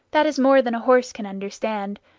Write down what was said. that is more than a horse can understand,